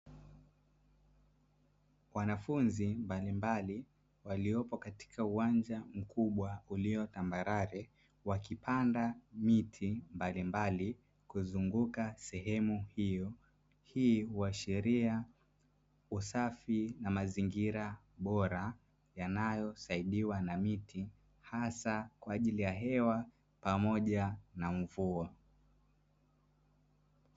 Wanafunzi mbalimbali waliopo katika uwanja mkubwa ulio tambarare, wakipanda miti mbalimbali kuzunguka sehemu hiyo. Hii huashiria usafi na mazingira bora yanayosaidiwa na miti hasa kwa ajili ya hewa pamoja na mvua.